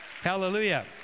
Hallelujah